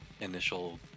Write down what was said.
initial